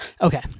Okay